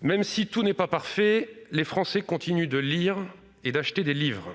Même si tout n'est pas parfait, Les Français continuent de lire et d'acheter des livres.